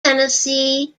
tennessee